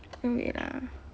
wait ah